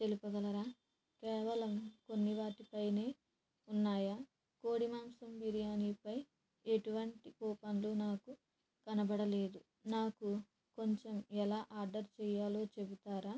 తెలపగలరా కేవలం కొన్ని వాటిపైనే ఉన్నాయా కోడి మాంసం బిర్యానిపై ఎటువంటి కూపన్లు నాకు కనబడలేదు నాకు కొంచెం ఎలా ఆర్డర్ చేయాలో చెబుతారా